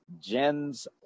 Jens